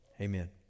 Amen